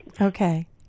Okay